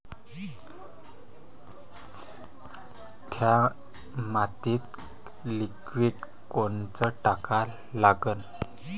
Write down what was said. थ्या मातीत लिक्विड कोनचं टाका लागन?